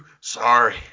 Sorry